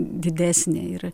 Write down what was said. didesnė ir